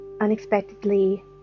Unexpectedly